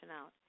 out